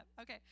Okay